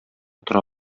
тора